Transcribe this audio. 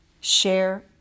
share